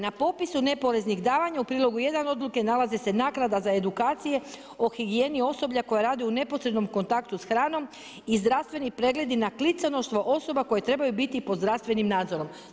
Na popisu neporeznih davanja u prilogu 1. odluke nalaze se naknada za edukacije o higijeni osoblja koja radi u neposrednom kontaktu s hranom i zdravstveni pregledi na kliconoštvo osoba koje trebaju biti pod zdravstvenim nadzorom.